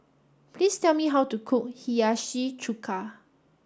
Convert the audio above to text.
please tell me how to cook Hiyashi Chuka